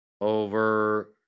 over